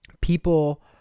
people